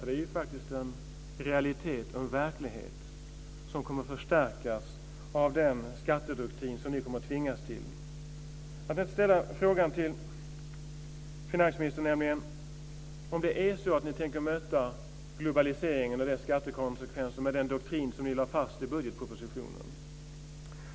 Det är faktiskt en realitet och en verklighet som kommer att förstärkas av den skattedoktrin som ni kommer att tvingas till. Jag tänkte ställa en fråga till finansministern. Är det så att ni tänker möta globaliseringen och dess skattekonsekvenser med den doktrin som ni lade fast i budgetpropositionen?